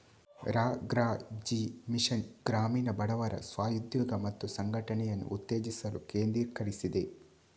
ರಾ.ಗ್ರಾ.ಜೀ mission ಗ್ರಾಮೀಣ ಬಡವರ ಸ್ವ ಉದ್ಯೋಗ ಮತ್ತು ಸಂಘಟನೆಯನ್ನು ಉತ್ತೇಜಿಸಲು ಕೇಂದ್ರೀಕರಿಸಿದೆ